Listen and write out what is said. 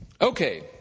Okay